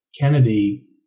Kennedy